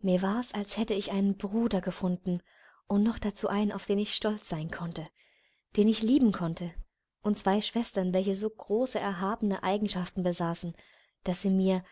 mir war's als hätte ich einen bruder gefunden und noch dazu einen auf den ich stolz sein konnte den ich lieben konnte und zwei schwestern welche so große erhabene eigenschaften besaßen daß sie mir